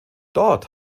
dort